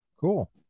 Cool